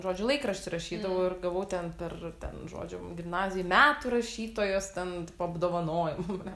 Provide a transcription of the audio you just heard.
žodžiu laikraštį rašydavau ir gavau ten per tą žodžiu gimnazijoj metų rašytojos ten tipo apdovanojimą